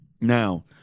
now